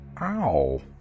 Ow